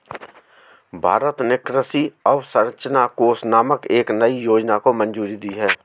भारत ने कृषि अवसंरचना कोष नामक एक नयी योजना को मंजूरी दी है